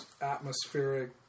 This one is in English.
atmospheric